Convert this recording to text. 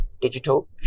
digital